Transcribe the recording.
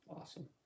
awesome